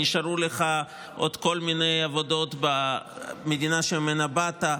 נשארו לך עוד כל מיני עבודות במדינה שממנה באת?